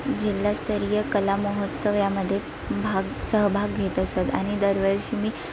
जिल्हास्तरीय कला महोत्सव यामध्ये भाग सहभाग घेत असत आणि दरवर्षी मी